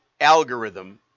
algorithm